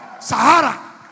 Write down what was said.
Sahara